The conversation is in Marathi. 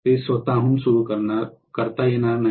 ते स्वतहून सुरू करता येणार नाही